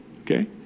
okay